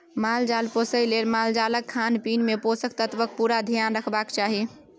माल जाल पोसय लेल मालजालक खानपीन मे पोषक तत्वक पुरा धेआन रखबाक चाही